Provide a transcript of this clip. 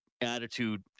attitude